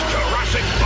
Jurassic